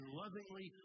lovingly